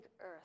earth